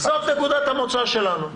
זאת נקודת המוצא שלנו.